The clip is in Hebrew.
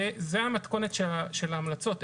זו המתכונת של ההמלצות,